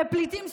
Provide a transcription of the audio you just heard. ופליטים סורים,